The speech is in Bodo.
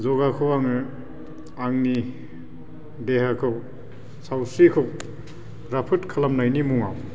जगाखौ आङो आंनि देहाखौ सावस्रिखौ राफोद खालामनायनि मुङाव